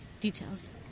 Details